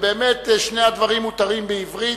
ובאמת שני הדברים מותרים בעברית.